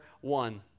one